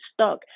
stuck